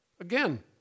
again